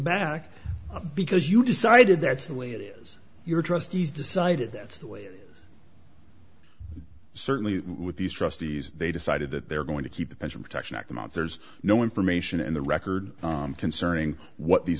back because you decided that's the way it is your trustees decided that's the way it certainly with these trustees they decided that they're going to keep the pension protection act amounts there's no information in the record concerning what these